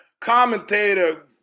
commentator